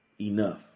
enough